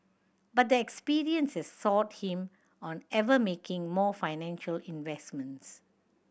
but the experience has soured him on ever making more financial investments